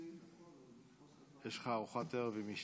לוקחים, הכול, יש לך ארוחת ערב עם אשתך?